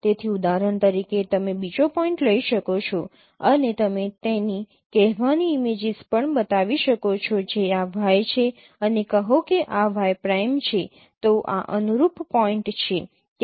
તેથી ઉદાહરણ તરીકે તમે બીજો પોઈન્ટ લઈ શકો છો અને તમે તેની કહેવાની ઇમેજીસ પણ બનાવી શકો છો જે આ y છે અને કહો કે આ y પ્રાઇમ છે તો આ અનુરૂપ પોઈન્ટ છે